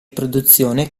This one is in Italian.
produzione